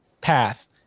path